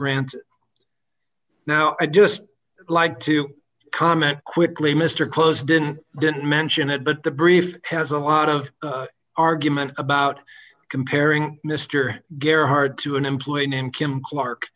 granted now i just like to comment quickly mr close didn't didn't mention it but the brief has a lot of argument about comparing mr garrett hard to an employee named kim clark